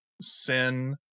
Sin